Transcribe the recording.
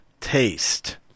taste